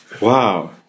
Wow